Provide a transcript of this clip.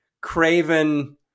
craven